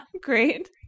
Great